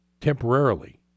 temporarily